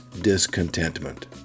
discontentment